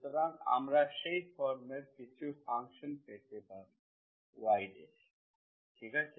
সুতরাং আমরা সেই ফর্মের কিছু ফাংশন পেতে পারি yfa1xb1yC1a2xb2yC2 ঠিক আছে